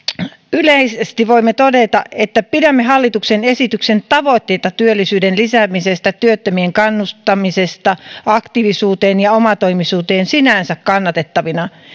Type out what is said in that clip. yleisesti voimme todeta että pidämme hallituksen esityksen tavoitteita työllisyyden lisäämisestä työttömien kannustamisesta aktiivisuuteen ja omatoimisuuteen sinänsä kannatettavina